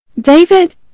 David